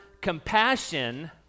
compassion